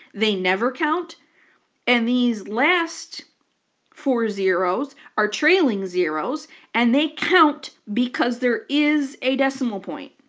they never count and these last four zeroes are trailing zeroes and they count because there is a decimal point.